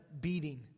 beating